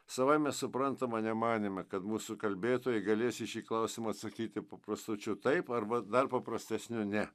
savaime suprantama nemanėme kad mūsų kalbėtojai galės į šį klausimą atsakyti paprastučiu taip arba dar paprastesniu ne